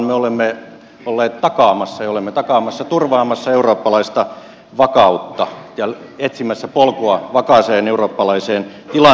me olemme olleet takaamassa ja olemme takaamassa turvaamassa eurooppalaista vakautta ja etsimässä polkua vakaaseen eurooppalaiseen tilanteeseen